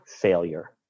failure